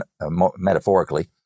metaphorically